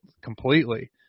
completely